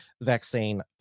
vaccine